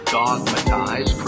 dogmatize